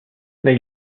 mais